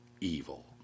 evil